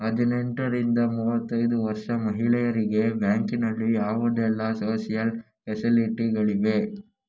ಹದಿನೆಂಟರಿಂದ ಮೂವತ್ತೈದು ವರ್ಷ ಮಹಿಳೆಯರಿಗೆ ಬ್ಯಾಂಕಿನಲ್ಲಿ ಯಾವುದೆಲ್ಲ ಸೋಶಿಯಲ್ ಫೆಸಿಲಿಟಿ ಗಳಿವೆ?